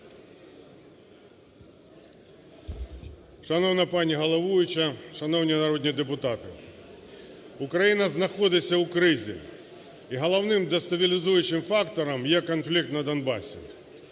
Шановна пані головуюча, шановні народні депутати, Україна знаходиться у кризі, і головним дестабілізуючим фактором є конфлікт на Донбасі.